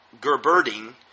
Gerberding